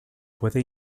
puede